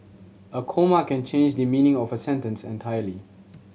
a comma can change the meaning of a sentence entirely